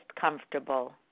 comfortable